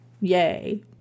yay